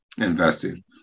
investing